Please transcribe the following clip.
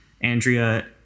Andrea